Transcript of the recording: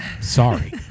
sorry